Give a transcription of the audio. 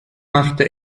machte